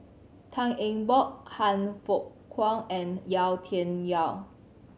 Tan Eng Bock Han Fook Kwang and Yau Tian Yau